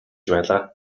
байлаа